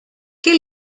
què